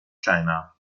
china